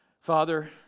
Father